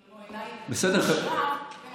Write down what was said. במו עיניי, ומסיבי.